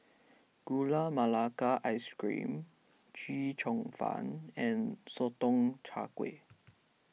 Gula Melaka Ice Cream Chee Cheong Fun and Sotong Char Kway